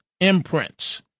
imprints